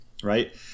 Right